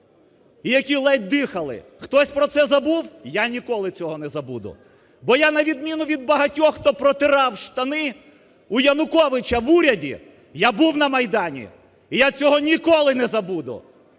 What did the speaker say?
які ледь дихали. Хтось про це забув? Я ніколи цього не забуду, бо я на відміну від багатьох, хто протирав штани у Януковича в уряді, я був на Майдані, і я цього ніколи не забуду.